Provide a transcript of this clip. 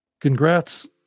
Congrats